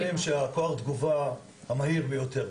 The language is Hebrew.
אנחנו חושבים שזה כוח התגובה המהיר ביותר,